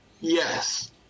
Yes